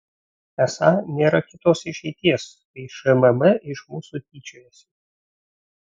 esą nėra kitos išeities kai šmm iš mūsų tyčiojasi